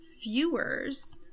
viewers